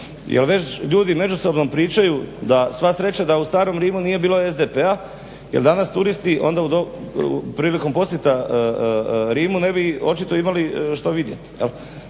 već ljudi međusobno pričaju da sva sreća da u starom Rimu nije bilo SDP-a jer danas turisti onda prilikom posjeta Rimu ne bi očito imali što vidjeti.